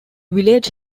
village